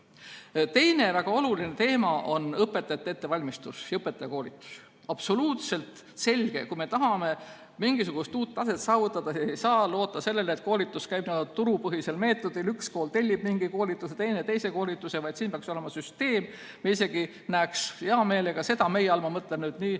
Teine väga oluline teema on õpetajate ettevalmistus ja õpetajakoolitus. Absoluutselt selge on, et kui me tahame mingisugust uut taset saavutada, siis ei saa loota sellele, et koolitus käib n‑ö turupõhisel meetodil, et üks kool tellib mingi koolituse ja teine teise koolituse, vaid siin peaks olema süsteem. Me isegi näeksime hea meelega seda – "meie" all ma mõtlen nii